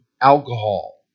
alcohol